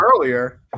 earlier